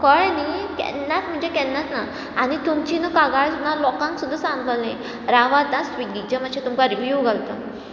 कळ्ळें न्ही केन्नाच म्हणजे केन्नाच ना आनी तुमची न्हू कागाळ सुद्दां लोकांक सुद्दां सांगतलें रावात हा स्विगीचें मातशें तुमकां रिवीव घालता